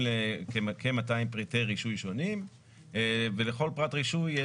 לכ-200 פריטי רישוי שונים ולכל פרט רישוי,